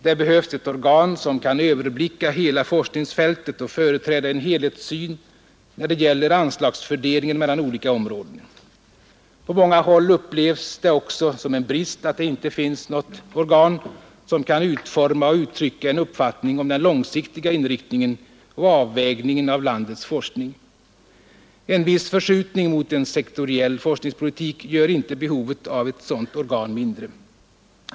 Det behövs ett organ som kan överblicka hela forskningsfältet och företräda en helhetssyn när det gäller anslagsfördelningen mellan olika områden. På många håll upplevs det också som en brist att det inte finns något organ som kan utforma och uttrycka en uppfattning om den långsiktiga inriktningen och avvägningen av landets forskning. En viss förskjutning mot en sektoriell forskningspolitik gör inte behovet av ett sådant organ mindre.